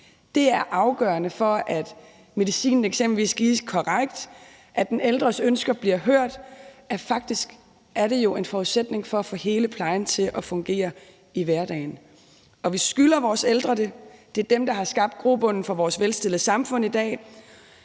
Det er afgørende for, at medicinen eksempelvis gives korrekt, at den ældres ønsker bliver hørt, ja, faktisk er det jo en forudsætning for at få hele plejen til at fungere i hverdagen. Og vi skylder vores ældre det. Det er dem, der har skabt grobunden for vores velstillede samfund i dag,